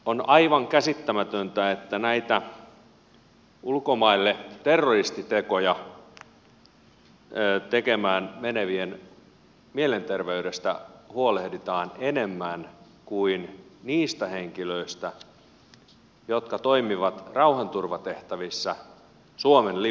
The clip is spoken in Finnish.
on aivan käsittämätöntä että näiden ulkomaille terroristitekoja tekemään menevien mielenterveydestä huolehditaan enemmän kuin niistä henkilöistä jotka toimivat rauhanturvatehtävissä suomen lipun alla